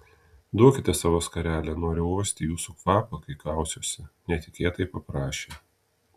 duokite savo skarelę noriu uosti jūsų kvapą kai kausiuosi netikėtai paprašė